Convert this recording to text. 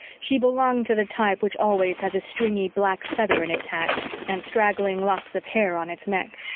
she belonged to the type which always has a stringy black feather in its hat and straggling locks of hair on its neck.